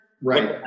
Right